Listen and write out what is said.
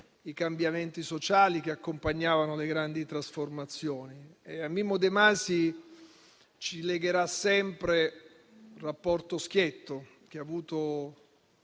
i cambiamenti sociali che accompagnavano le grandi trasformazioni. A Mimmo De Masi ci legherà sempre il rapporto schietto che ha avuto